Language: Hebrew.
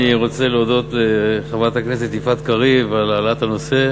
אני רוצה להודות לחברת הכנסת יפעת קריב על העלאת הנושא,